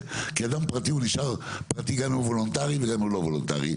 כאדם פרטי הוא נשאר פרי גם אם הוא וולונטרי וגם אם הוא לא וולונטרי.